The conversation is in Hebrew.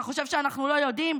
אתה חושב שאנחנו לא יודעים?